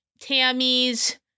Tammy's